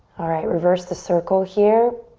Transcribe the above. alright, reverse the circle here.